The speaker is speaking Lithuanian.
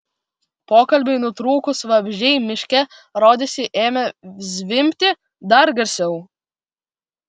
pokalbiui nutrūkus vabzdžiai miške rodėsi ėmė zvimbti dar garsiau